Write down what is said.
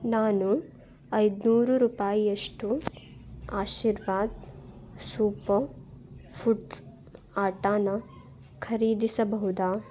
ನಾನು ಐದುನೂರು ರೂಪಾಯಿಯಷ್ಟು ಆಶೀರ್ವಾದ್ ಸೂಪರ್ ಫುಡ್ಸ್ ಆಟಾನ ಖರೀದಿಸಬಹುದ